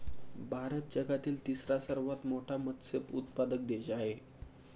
भारत जगातील तिसरा सर्वात मोठा मत्स्य उत्पादक देश आहे